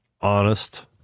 honest